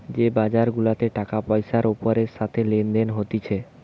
যে বাজার গুলাতে টাকা পয়সার ওপরের সাথে লেনদেন হতিছে